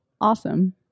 awesome